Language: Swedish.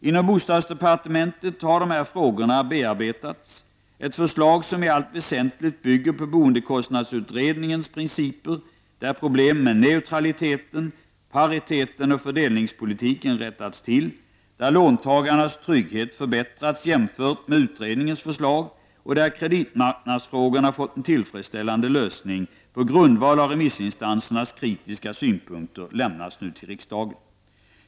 Inom bostadsdepartementet har dessa frågor bearbetats. Ett förslag som i allt väsentligt bygger på boendekostnadsutredningens principer där problemen med neutraliteten, pariteten och fördelningspolitiken rättats till, där låntagarnas trygghet förbättrats jämfört med utredningens förslag och där kreditmarknadsfrågorna fått en tillfredsställande lösning på grundval av remissinstansernas kritiska synpunkter, lämnas nu till riksdagen.